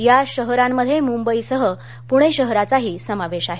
या शहरांमध्ये मुंबईसह पुणे शहराचाही समावेश आहे